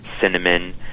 cinnamon